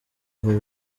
bihe